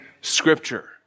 scripture